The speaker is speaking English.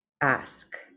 ask